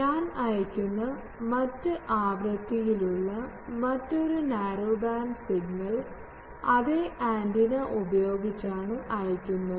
ഞാൻ അയയ്ക്കുന്ന മറ്റ് ആവൃത്തിയിലുള്ള മറ്റൊരു നാരോ ബാൻഡ് സിഗ്നൽ അതേ ആന്റിന ഉപയോഗിച്ചാണ് അയക്കുന്നു